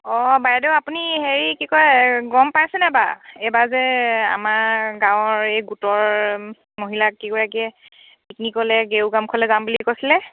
অঁ বাইদেউ আপুনি হেৰি কি কয় গম পাইছেনে বাৰু এইবাৰ যে আমাৰ গাঁৱৰ এই গোটৰ মহিলা কেইগৰাকীয়ে পিকনিকলৈ গেৰুকামুখলৈ যাম বুলি কৈছিলে